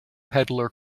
peddler